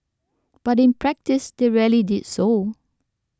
but in practice they rarely did so